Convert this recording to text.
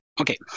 Okay